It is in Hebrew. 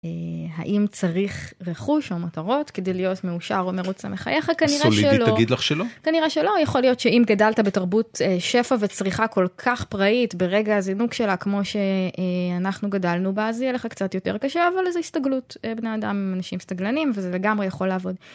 האם צריך רכוש או מטרות כדי להיות מאושר או מרוצה מחייך כנראה שלא. הסולידית תגיד לך שלא. כנראה שלא, יכול להיות שאם גדלת בתרבות שפע וצריכה כל כך פראית ברגע הזינוק שלה כמו שאנחנו גדלנו בה אז יהיה לך קצת יותר קשה אבל זה הסתגלות בני אדם אנשים סתגלנים וזה לגמרי יכול לעבוד.